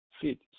fit